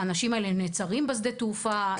האנשים האלה נעצרים בשדה התעופה,